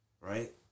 Right